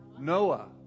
Noah